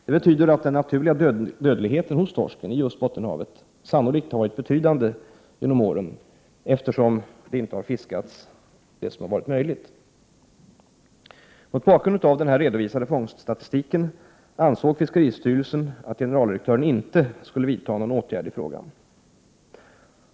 Det betyder att den naturliga dödligheten hos torsken i just Bottenhavet sannolikt har varit betydande genom åren, eftersom det inte har fiskats vad som varit möjligt. Mot bakgrund av den redovisade fångststatistiken ansåg fiskeristyrelsen att generaldirektören inte skulle vidta någon åtgärd i frågan.